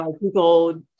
people